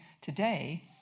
today